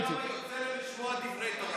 איך אתה יודע כמה יוצא לה לשמוע דברי תורה?